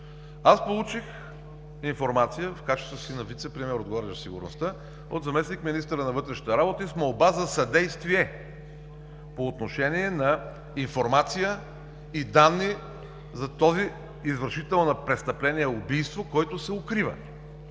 аз получих информация в качеството си на вицепремиер, отговарящ за сигурността, от заместник-министъра на вътрешните работи с молба за съдействие по отношение на информация и данни за този извършител на престъпление „убийство”, който се укрива